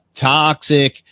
toxic